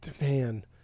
Man